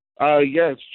Yes